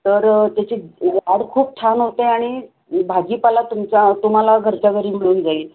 तर त्याची वाढ खूप छान होते आणि भाजीपाला तुमचा तुम्हाला घरच्याघरी मिळून जाईल